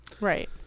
Right